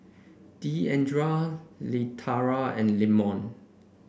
Deandra Leitha and Lemon